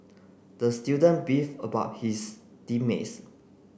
the student beefed about his team mates